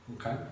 Okay